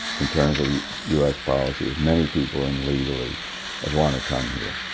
in terms of u u s. policy as many people in legally as want to come here,